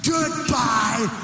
Goodbye